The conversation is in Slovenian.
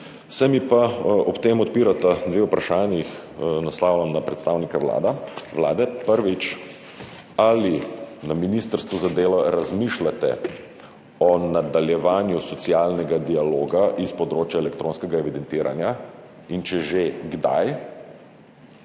Se mi pa ob tem odpirata dve vprašanji, ki ju naslavljam na predstavnika Vlade. Prvič, ali na Ministrstvu za delo razmišljate o nadaljevanju socialnega dialoga na področju elektronskega evidentiranja, in če že, kdaj